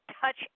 touch